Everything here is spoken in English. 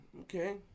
Okay